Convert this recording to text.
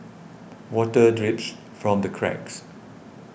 water drips from the cracks